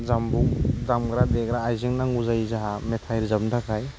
दामजु दामग्रा देग्रा आइजें नांगौ जायो जाहा मेथाइ रोजाबनो थाखाय